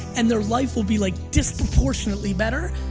and their life would be like disproportionately better.